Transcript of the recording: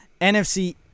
NFC